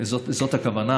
זאת הכוונה,